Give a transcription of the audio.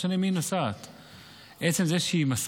לא משנה עם מי היא נוסעת,